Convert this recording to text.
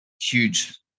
huge